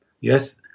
yes